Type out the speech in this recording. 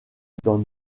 dans